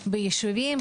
ביישובים,